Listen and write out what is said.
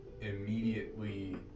immediately